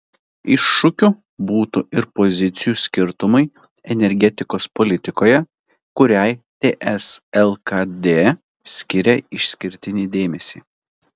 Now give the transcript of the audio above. iššūkiu būtų ir pozicijų skirtumai energetikos politikoje kuriai ts lkd skiria išskirtinį dėmesį